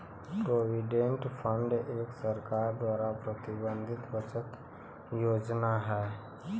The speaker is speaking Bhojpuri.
प्रोविडेंट फंड एक सरकार द्वारा प्रबंधित बचत योजना हौ